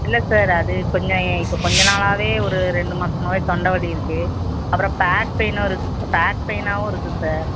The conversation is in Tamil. இல்லை சார் அது கொஞ்சம் ஏன் இப்போ கொஞ்சம் நாளாகவே ஒரு ரெண்டு மாதமாவே தொண்டை வலி இருக்குது அப்புறம் பேக் பெய்னும் இருக் பேக் பெய்னாகவும் இருக்குது சார்